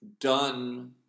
done